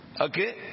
Okay